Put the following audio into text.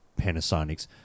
panasonics